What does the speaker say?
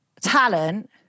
talent